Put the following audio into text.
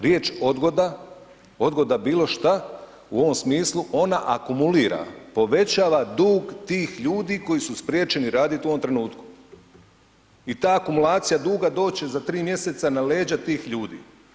Riječ odgoda, odgoda bilo šta u ovom smislu ona akumulira, povećava dug tih ljudi koji su spriječeni raditi u ovom trenutku i ta akumulacija duga doće za tri mjeseca na leđa tih ljudi.